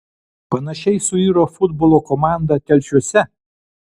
panašiai suiro futbolo komanda telšiuose